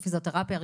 הפיזיותרפיה,